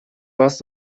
warst